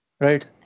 Right